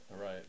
right